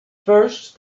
first